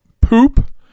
poop